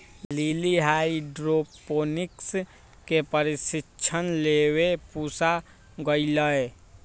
lily hydroponics के प्रशिक्षण लेवे पूसा गईलय